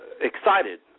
excited